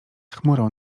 chmurą